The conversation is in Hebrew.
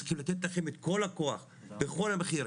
צריכים לתת לכם את כל הכוח וכל המחיר,